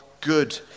good